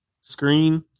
screen